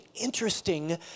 interesting